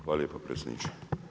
Hvala lijepa predsjedniče.